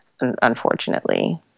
unfortunately